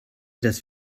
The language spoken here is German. das